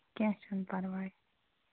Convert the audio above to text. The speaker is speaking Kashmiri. کیٚنہہ چھُنہٕ پَرواے